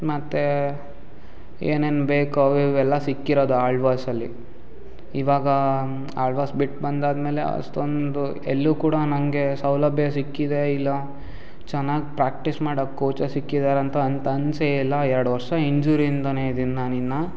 ಮತ್ತು ಏನೇನು ಬೇಕೋ ಅವು ಇವು ಎಲ್ಲ ಸಿಕ್ಕಿರೋದು ಆಳ್ವಾಸ್ ಅಲ್ಲಿ ಇವಾಗ ಆಳ್ವಾಸ್ ಬಿಟ್ಟು ಬಂದಾದಮೇಲೆ ಅಷ್ಟೊಂದು ಎಲ್ಲೂ ಕೂಡ ನನಗೆ ಸೌಲಭ್ಯ ಸಿಕ್ಕಿದೆ ಇಲ್ಲ ಚೆನ್ನಾಗಿ ಪ್ರಾಕ್ಟೀಸ್ ಮಾಡೋ ಕೋಚ ಸಿಕ್ಕಿದಾರಂತ ಅಂತ ಅನಿಸೇ ಇಲ್ಲ ಎರಡು ವರ್ಷ ಇಂಜೂರಿಯಿಂದಲೇ ಇದೀನಿ ನಾನು ಇನ್ನೂ